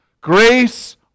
Grace